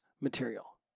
material